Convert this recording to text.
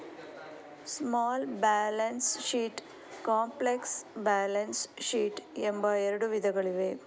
small balance sheets, complex balance sheets ಎಂಬ ಎರಡು ವಿಧಗಳಿವೆ